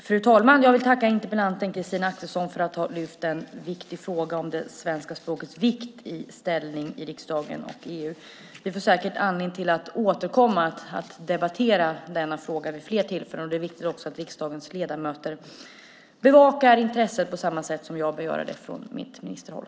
Fru talman! Jag tackar interpellanten Christina Axelsson för att hon har lyft fram en viktig fråga om det svenska språkets vikt och ställning i riksdagen och EU. Vi får säkert anledning till att återkomma och debattera denna fråga vid fler tillfällen. Det är också viktigt att riksdagens ledamöter bevakar intresset på samma sätt som jag bör göra det från mitt ministerhåll.